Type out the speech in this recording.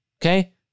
okay